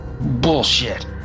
Bullshit